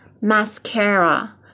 Mascara